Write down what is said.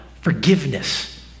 forgiveness